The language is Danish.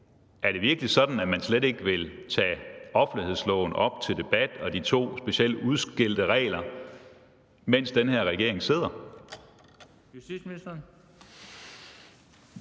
Er det virkelig sådan, at man slet ikke vil tage offentlighedsloven op til debat og specielt de to udskældte regler, mens den her regering sidder? Kl. 13:52 Den